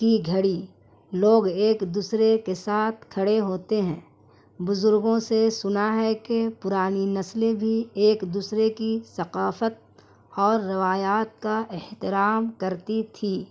کی گھڑی لوگ ایک دوسرے کے ساتھ کھڑے ہوتے ہیں بزرگوں سے سنا ہے کہ پرانی نسلیں بھی ایک دوسرے کی ثقافت اور روایات کا احترام کرتی تھی